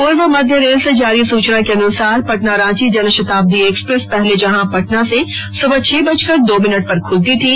पूर्व मध्य रेल से जारी सूचना के अनुसार पटना रांची जनशताब्दी एक्सप्रेस पहले जहां पटना से सुबह छह बजकर दो मिनट पर खुलती थी